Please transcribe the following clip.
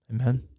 Amen